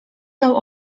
lał